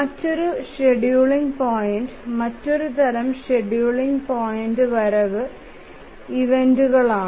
മറ്റൊരു scheduling point മറ്റൊരു തരം ഷെഡ്യൂളിംഗ് പോയിന്റ് വരവ് ഇവന്റുകളാണ്